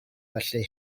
felly